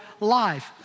life